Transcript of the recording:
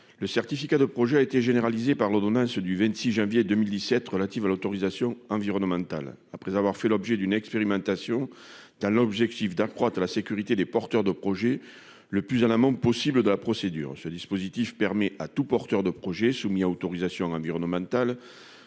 le certificat de projet, qui a été généralisé par l'ordonnance du 26 janvier 2017 relative à l'autorisation environnementale, après avoir fait l'objet d'une expérimentation, dans l'objectif d'accroître la sécurité des porteurs de projets le plus en amont possible des procédures. Ce dispositif permet à tout porteur de projet soumis à autorisation environnementale